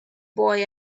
boy